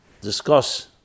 discuss